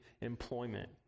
employment